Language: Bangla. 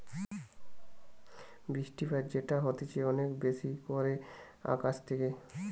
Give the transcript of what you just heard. বৃষ্টিপাত যেটা হতিছে অনেক বেশি করে আকাশ থেকে